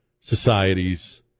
societies